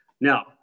Now